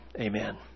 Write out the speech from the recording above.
Amen